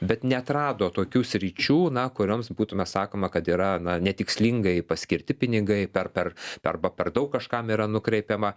bet neatrado tokių sričių na kurioms būtume sakoma kad yra na netikslingai paskirti pinigai per per arba per daug kažkam yra nukreipiama